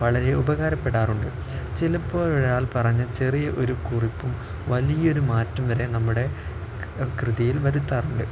വളരെ ഉപകാരപ്പെടാറുണ്ട് ചിലപ്പോള് ഒരാള് പറഞ്ഞ ചെറിയ ഒരു കുറിപ്പ് വലിയൊരു മാറ്റം വരെ നമ്മുടെ കൃതിയിൽ വരുത്താറുണ്ട്